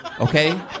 Okay